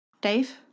Dave